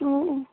ꯑꯣ ꯑꯣ